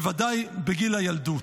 בוודאי בגיל הילדות.